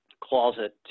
closet